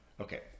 Okay